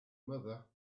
mother